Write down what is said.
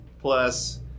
plus